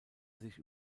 sich